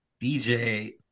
BJ